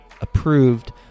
approved